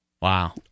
Wow